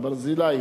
"ברזילי",